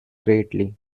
greatly